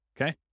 okay